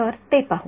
तर ते पाहू